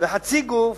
וחצי גוף,